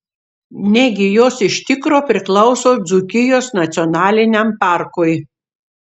negi jos iš tikro priklauso dzūkijos nacionaliniam parkui